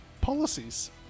policies